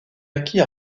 acquis